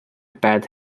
bet